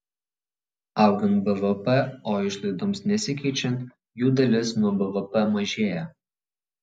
augant bvp o išlaidoms nesikeičiant jų dalis nuo bvp mažėja